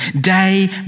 day